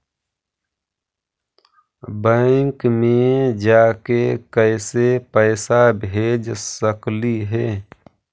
Bank मे जाके कैसे पैसा भेज सकली हे?